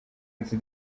ati